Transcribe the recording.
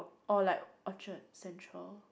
or like Orchard-Central